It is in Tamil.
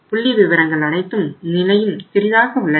புள்ளி விவரங்கள் அனைத்தும் நிலையும் சிறிதாக உள்ளன